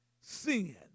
sin